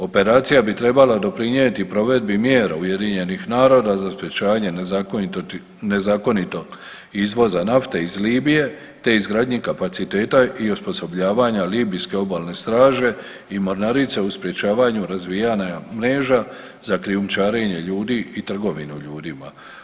Operacija bi trebala doprinijeti provedbi mjera UN-a za sprječavanje nezakonitog izvoza nafte iz Libije te izgradnji kapaciteta i osposobljavanja Libijske obalne straže i mornarice u sprječavanju razvijana je mreža za krijumčarenje ljudi i trgovinu ljudima.